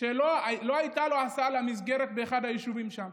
שלא הייתה לו הסעה למסגרת באחד היישובים שם.